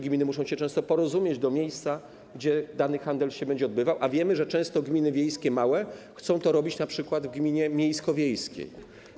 Gminy muszą się często porozumieć co do miejsca, gdzie dany handel będzie się odbywał, a wiemy, że często gminy wiejskie małe chcą to robić np. w gminie miejsko-wiejskiej.